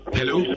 Hello